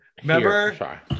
Remember